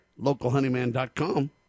LocalHoneyMan.com